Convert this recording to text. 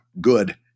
good